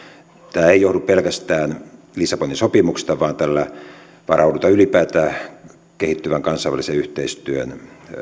tämä ei johdu pelkästään lissabonin sopimuksesta vaan tällä varaudutaan ylipäätään kehittyvään kansainväliseen yhteistyöhön